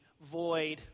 void